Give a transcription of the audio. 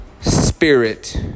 spirit